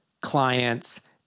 clients